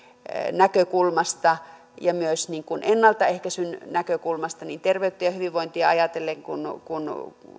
näkökulmasta ja myös ennaltaehkäisyn näkökulmasta niin terveyttä ja hyvinvointia ajatellen kuin